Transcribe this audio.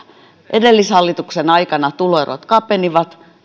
edellishallituksen aikana tuloerot kapenivat